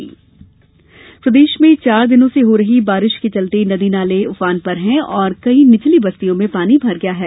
मौसम प्रदेश में चार दिनों से हो रही बारिश के चलते नदी नाले उफान पर हैं और कई निचली बस्तियों में पानी भर गया हैं